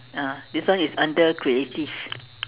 ah this one is under creative